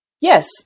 Yes